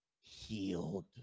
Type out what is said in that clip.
healed